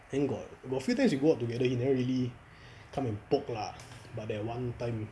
then got got a few times we go out together he never really come and poke ah but that one time